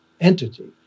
entity